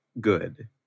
good